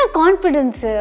confidence